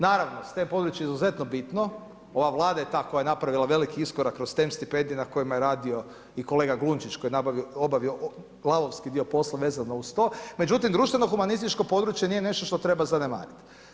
Naravno STEM područje je izuzetno bitno, ova vlada je ta koja je napravila veliki iskorak kroz STEM stipendije na kojima je radio i kolega Glunčić koji je obavio lavovski dio posla vezano uz to, međutim društveno-humanističko područje nije nešto što treba zanemariti.